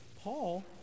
Paul